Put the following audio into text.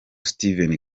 steven